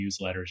newsletters